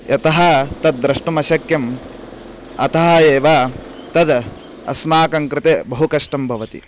यतः तद्द्रष्टुम् अशक्यम् अतः एव तद् अस्माकं कृते बहु कष्टं भवति